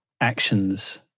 actions